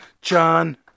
John